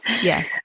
Yes